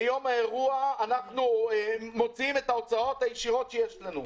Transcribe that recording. ביום האירוע אנחנו מוציאים את ההוצאות הישירות שיש לנו,